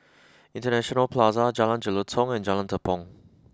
International Plaza Jalan Jelutong and Jalan Tepong